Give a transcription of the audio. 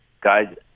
Guys –